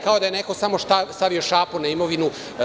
Kao da je neko tamo samo stavio šapu na imovinu.